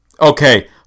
Okay